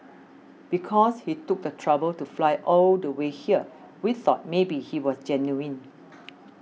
because he took the trouble to fly all the way here we thought maybe he was genuine